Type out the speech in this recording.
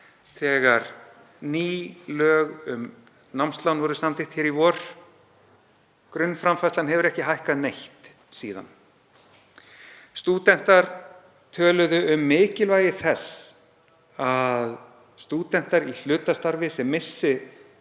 þegar ný lög um námslán voru samþykkt í vor. Grunnframfærslan hefur ekki hækkað neitt síðan. Stúdentar töluðu um mikilvægi þess að stúdentar í hlutastarfi, sem missi